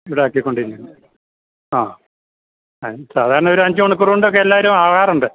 ഈടാക്കി കൊണ്ടിരിക്കുന്ന ആ ഞാൻ സാധാരണ ഒരു അഞ്ച് മണിക്കൂറ് കൊണ്ടൊക്കെ എല്ലാവരും ആകാറുണ്ട്